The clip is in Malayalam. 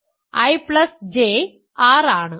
I J R ആണ്